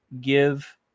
Give